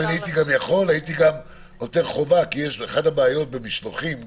אם הייתי יכול הייתי גם נותן חובה כי אחת הבעיות עם משלוחים היא,